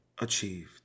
achieved